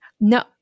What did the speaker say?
No